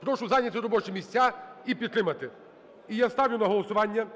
Прошу зайняти робочі місця і підтримати. І я ставлю на голосування